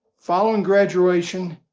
following graduation,